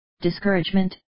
discouragement